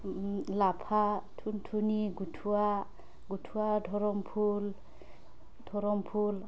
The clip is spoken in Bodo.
लाफा थुनथुनि गुथुवा गुथुवा धरमफुल धरमफुल